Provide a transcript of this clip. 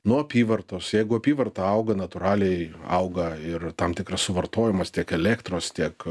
nuo apyvartos jeigu apyvarta auga natūraliai auga ir tam tikras suvartojimas tiek elektros tiek